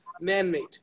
man-made